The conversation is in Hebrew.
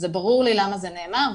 ברור לי למה זה נאמר,